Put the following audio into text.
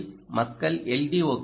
சந்தையில் மக்கள் எல்